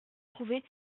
trouvés